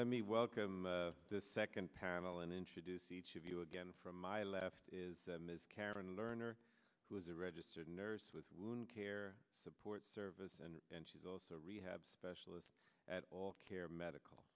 let me welcome the second panel and introduce each of you again from my left is them is karen lerner who is a registered nurse with wound care support services and she's also a rehab specialist at all care medical